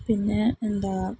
പിന്നെ എന്താ